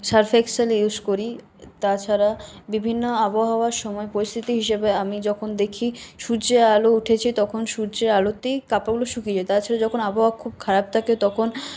Surf Excel use করি তাছাড়া বিভিন্ন আবহাওয়ার সময় পরিস্থিতি হিসেবে আমি যখন দেখি সূর্যের আলো উঠেছে তখন সূর্যের আলোতেই কাপড়গুলো শুকিয়ে যেত তাছাড়া আবহাওয়া যখন খুব খারাপ থাকে তখন